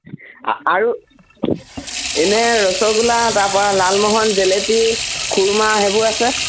আ আৰু এনে ৰসগোল্লা তাৰ পৰা লালমোহন জেলেপী খুৰমা সেইবোৰ আছে